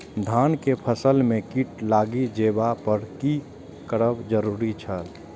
धान के फसल में कीट लागि जेबाक पर की करब जरुरी छल?